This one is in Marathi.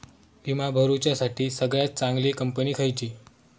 विमा भरुच्यासाठी सगळयात चागंली कंपनी खयची?